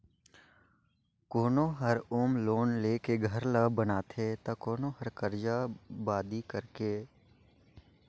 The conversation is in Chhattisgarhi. कोनो हर होम लोन लेके घर ल बनाथे त कोनो हर करजा बादी करके